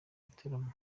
gitaramo